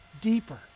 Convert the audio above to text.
deeper